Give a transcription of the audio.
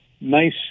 nice